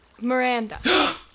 Miranda